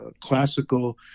classical